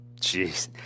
Jeez